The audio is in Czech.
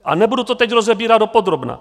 A nebudu to teď rozebírat dopodrobna.